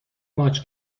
ماچ